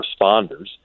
responders